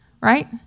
right